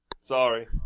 Sorry